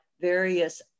various